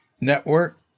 network